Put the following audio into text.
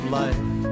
life